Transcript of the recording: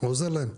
ועוזר להם.